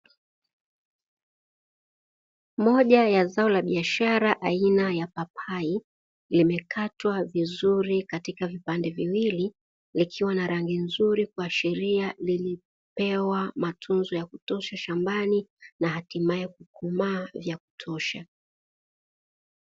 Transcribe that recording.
Moja ya zao la biashara aina ya papai limekatwa vizuri katika vipande viwili likiwa na rangi nzuri, kuashiria limepewa matunzo ya kutosha shambani na hatimaye kukomaa vya kutosha.